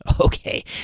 Okay